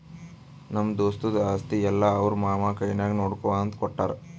ನಮ್ಮ ದೋಸ್ತದು ಆಸ್ತಿ ಎಲ್ಲಾ ಅವ್ರ ಮಾಮಾ ಕೈನಾಗೆ ನೋಡ್ಕೋ ಅಂತ ಕೊಟ್ಟಾರ್